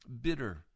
bitter